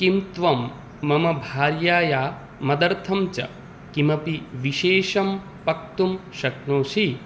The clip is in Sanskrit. किं त्वं मम भार्यायै मदर्थं च किमपि विशेषं पक्तुं शक्नोषि